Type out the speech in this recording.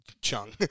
Chung